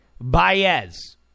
Baez